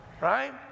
right